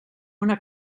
una